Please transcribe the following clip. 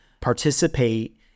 participate